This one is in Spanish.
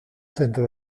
centro